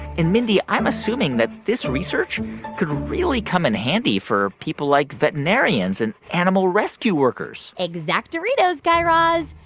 and, mindy, i'm assuming that this research could really come in handy for people like veterinarians and animal rescue workers exactoritos, guy raz.